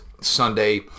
Sunday